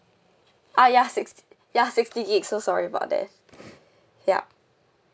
ah ya six~ ya sixty gig so sorry about that yup